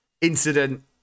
incident